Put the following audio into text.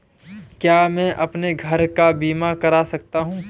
क्या मैं अपने घर का बीमा करा सकता हूँ?